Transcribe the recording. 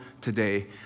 today